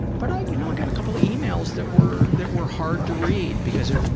but i you know got a couple of emails that were that were hard to read because it